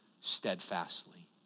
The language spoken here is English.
steadfastly